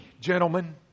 gentlemen